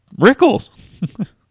Rickles